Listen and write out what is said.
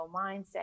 mindset